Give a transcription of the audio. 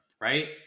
right